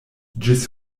ĝis